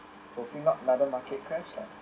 profit not another market market crash lah